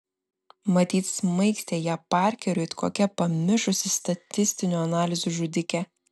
matyt smaigstė ją parkeriu it kokia pamišusi statistinių analizių žudikė